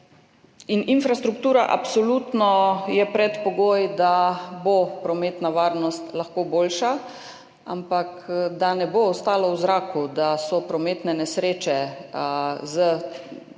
Infrastruktura absolutno je predpogoj, da bo lahko prometna varnost boljša. Ampak da ne bo ostalo v zraku, da so prometne nesreče s hujšimi